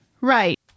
Right